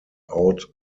out